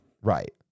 Right